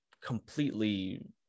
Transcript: completely